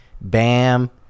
Bam